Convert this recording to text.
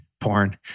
porn